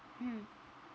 mmhmm